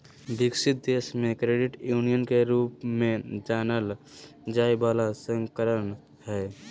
विकसित देश मे क्रेडिट यूनियन के रूप में जानल जाय बला संस्करण हइ